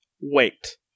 wait